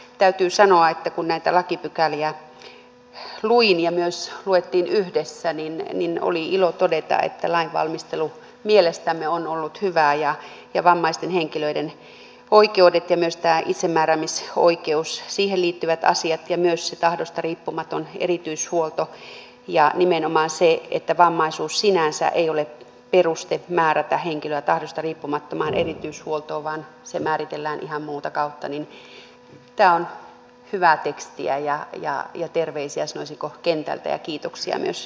täytyy sanoa että kun näitä lakipykäliä luin ja myös luettiin yhdessä niin oli ilo todeta että lainvalmistelu mielestämme on ollut hyvää ja tämä teksti vammaisten henkilöiden oikeudet ja myös tämä itsemääräämisoikeus siihen liittyvät asiat ja myös se tahdosta riippumaton erityishuolto ja nimenomaan se että vammaisuus sinänsä ei ole peruste määrätä henkilöä tahdosta riippumattomaan erityishuoltoon vaan se määritellään ihan muuta kautta on hyvää ja tuon terveiset sanoisinko kentältä ja kiitokset myös tähän saliin